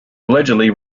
allegedly